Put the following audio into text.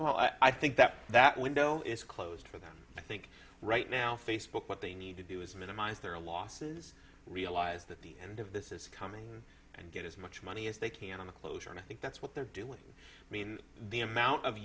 oh i think that that window is closed for them i think right now facebook what they need to do is minimize their losses realize that the end of this is coming and get as much money as they can on the closure and i think that's what they're doing i mean the amount of